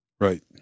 Right